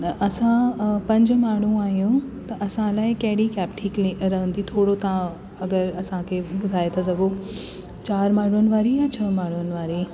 असां पंज माण्हू आहियूं त असां लाइ कहिड़ी कैब ठीकु रहंदी थोरो तव्हां अगरि असांखे ॿुधाए था सघो चार माण्हुनि वारी या छह माण्हुनि वारी